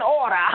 order